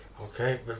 okay